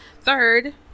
third